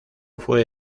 fue